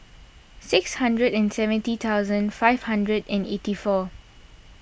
six hundred and seventy thousand five hundred and eighty four